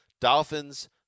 Dolphins